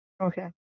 Okay